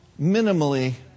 minimally